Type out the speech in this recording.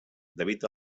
david